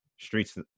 Streets